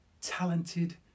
talented